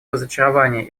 разочарования